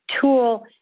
tool